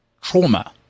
Trauma